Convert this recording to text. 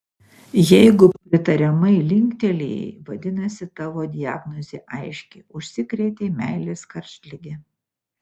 jeigu pritariamai linktelėjai vadinasi tavo diagnozė aiški užsikrėtei meilės karštlige